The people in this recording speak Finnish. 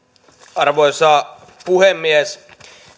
arvoisa puhemies